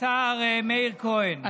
השר מאיר כהן,